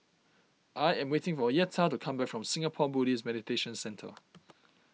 I am waiting for Yetta to come back from Singapore Buddhist Meditation Centre